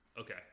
Okay